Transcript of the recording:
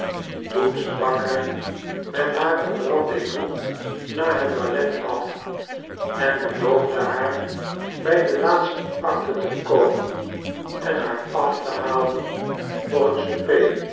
toen sprak hij met haar een rendez-vous na het ballet af en beloofde haar bij de laatste acte te komen en haar af te halen voor een souper